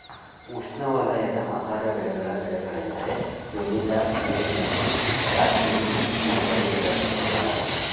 ಉಷ್ಣವಲಯದ ಮಸಾಲೆ ಬೆಳೆಗಳ ಬೆಳೆಗಳೆಂದರೆ ವೆನಿಲ್ಲಾ, ಕರಿಮೆಣಸು, ದಾಲ್ಚಿನ್ನಿ, ಮೆಣಸಿನಕಾಯಿ ಬೆಳೆಗಳನ್ನು ಕಾಣಬೋದು